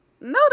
No